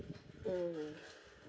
mm